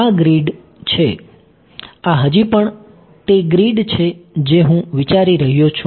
આ ગ્રેડ છે આ હજી પણ તે ગ્રીડ છે જે હું વિચારી રહ્યો છું